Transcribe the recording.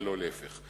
ולא להיפך.